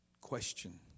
question